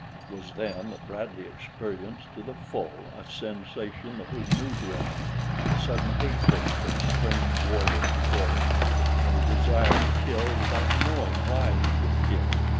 it was then that bradley experienced to the full a sensation that was new to him a sudden hatred for the strange warrior before him and a desire to kill without knowing why he would kill.